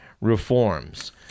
reforms